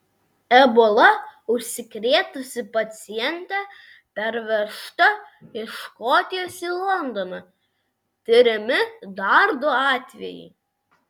ebola užsikrėtusi pacientė pervežta iš škotijos į londoną tiriami dar du atvejai